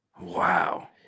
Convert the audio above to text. Wow